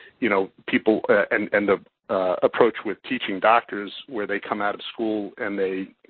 you know, people and and the approach with teaching doctors where they come out of school and they,